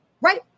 Right